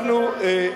אנחנו,